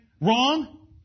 wrong